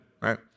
right